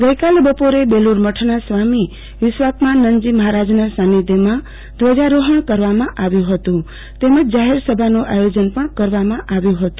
ગઈકાલે બપોરે બેલુરમઠના સ્વામી વિશ્વાત્માનંદજી મહારાજના સાંનિધ્યમાં ધ્વજારોહણ કરવામાં આવ્યુ હતુ તેમજ જાહેરસભાનું આયોજન કરવામાં આવ્યુ હતું